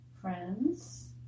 friends